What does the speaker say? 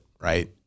Right